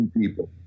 people